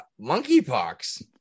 Monkeypox